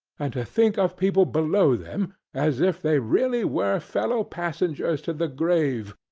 and to think of people below them as if they really were fellow-passengers to the grave,